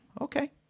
Okay